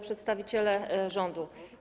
Przedstawiciele Rządu!